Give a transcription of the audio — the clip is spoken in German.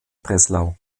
breslau